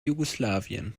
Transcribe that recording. jugoslawien